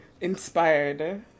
inspired